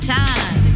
time